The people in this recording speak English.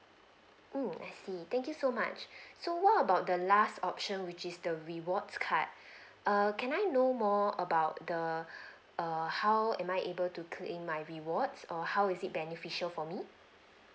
mm I see thank you so much so what about the last option which is the rewards card err can I know more about the err how am I able to claim my rewards or how is it beneficial for me